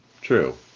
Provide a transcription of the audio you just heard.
true